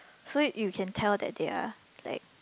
so you can tell that they're like